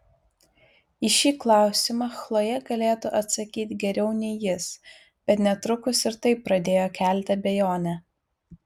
į šį klausimą chlojė galėtų atsakyti geriau nei jis bet netrukus ir tai pradėjo kelti abejonę